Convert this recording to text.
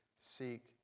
seek